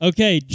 Okay